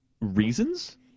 Reasons